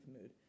mood